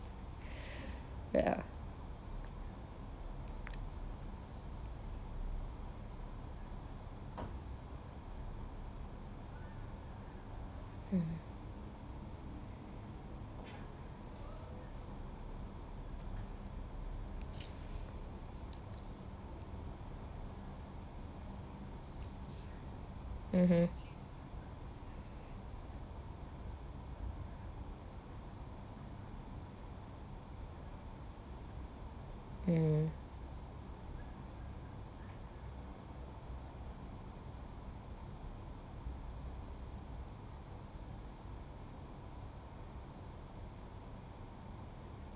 ya mm mmhmm mm